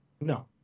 no